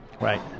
right